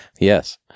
Yes